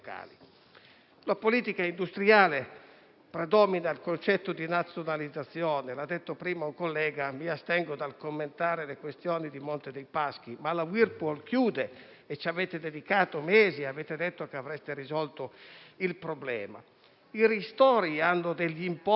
politica industriale predomina il concetto di nazionalizzazione, come ha detto prima un collega; mi astengo dal commentare le questioni del Monte dei Paschi o della Whirlpool, che però chiude (le avete dedicato mesi, dicendo che avreste risolto il problema). I ristori hanno importi